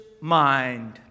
mind